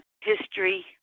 history